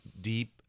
deep